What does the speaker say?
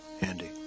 Andy